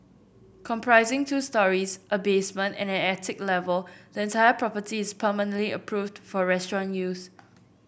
comprising two storeys a basement and an attic level the entire property is permanently approved for restaurant use